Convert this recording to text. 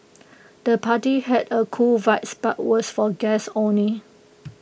the party had A cool vibes but was for guests only